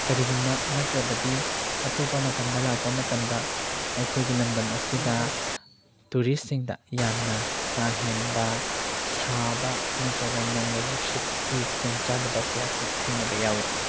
ꯀꯔꯤꯒꯨꯝꯕ ꯅꯠꯇ꯭ꯔꯕꯗꯤ ꯑꯇꯣꯞꯄ ꯃꯇꯝꯗ ꯂꯥꯛꯄ ꯃꯇꯝꯗ ꯑꯩꯈꯣꯏꯒꯤ ꯂꯝꯗꯝ ꯑꯁꯤꯗ ꯇꯨꯔꯤꯁꯤꯡꯗ ꯌꯥꯝꯅ ꯀꯥ ꯍꯦꯟꯕ ꯁꯥꯕ ꯅꯠꯇ꯭ꯔꯒꯅ ꯅꯣꯡꯂꯩ ꯅꯨꯡꯁꯤꯠꯀꯤ ꯈꯨꯗꯣꯡ ꯆꯥꯗꯕ ꯀꯌꯥꯁꯨ ꯊꯦꯡꯅꯕ ꯌꯥꯎꯏ